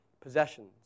possessions